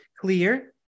clear